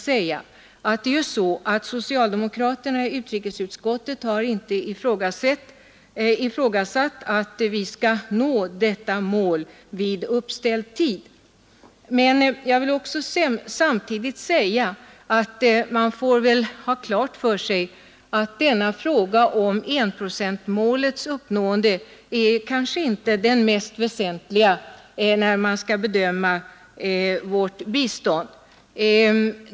Socialdemokraterna i utrikesutskottet har inte ifrågasatt att vi skall nå enprocentsmålet vid uppställd tidpunkt. Men jag vill samtidigt säga att man får ha klart för sig att denna fråga om enprocentsmålets uppnående kanske inte är den mest väsentliga när man skall bedöma vårt bistånd.